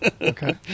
Okay